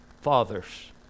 fathers